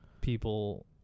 people